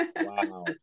Wow